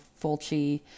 Fulci